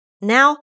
Now